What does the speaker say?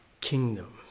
kingdom